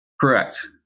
correct